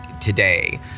today